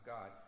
God